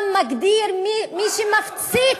העולם מגדיר מי שמפציץ,